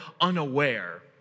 unaware